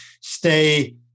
stay